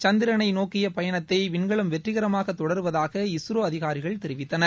சந்திரனை நோக்கிய பயணத்தை விண்கலம் வெற்றிகரமாக தொடருவதாக இஸ்ரோ அதிகாரிகள் தெரிவித்தனர்